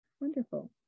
Wonderful